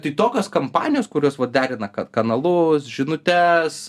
tai tokios kampanijos kurios derina ka kanalus žinutes